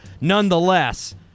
Nonetheless